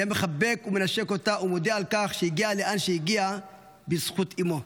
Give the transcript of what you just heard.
היה מחבק ומנשק אותה ומודה על כך שהגיע לאן שהגיע בזכות אימו.